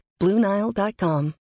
BlueNile.com